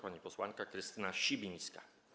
Pani posłanka Krystyna Sibińska.